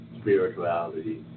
spirituality